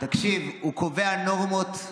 תקשיב, הוא קובע נורמות.